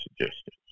suggestions